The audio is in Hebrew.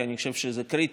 כי אני חושב שזה קריטי,